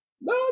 no